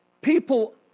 people